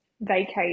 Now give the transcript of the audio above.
vacate